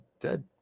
dead